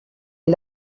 est